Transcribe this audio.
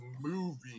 movie